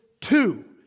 two